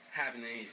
happening